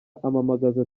ampamamagaza